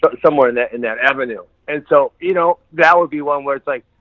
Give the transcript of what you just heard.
but somewhere in that in that avenue, and so, you know that would be one where it's like,